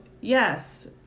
yes